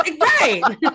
right